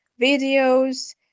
videos